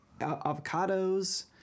Avocados